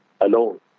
alone